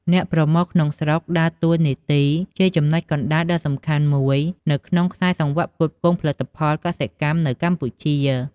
អ្នកប្រមូលក្នុងស្រុក ដើរតួនាទីជាចំណុចកណ្ដាលដ៏សំខាន់មួយនៅក្នុងខ្សែសង្វាក់ផ្គត់ផ្គង់ផលិតផលកសិកម្មនៅកម្ពុជា។